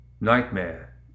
Nightmare